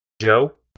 Joe